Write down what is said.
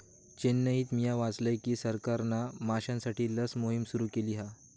चेन्नईत मिया वाचलय की सरकारना माश्यांसाठी लस मोहिम सुरू केली हा